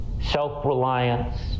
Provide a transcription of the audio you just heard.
self-reliance